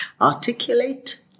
Articulate